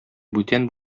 бүтән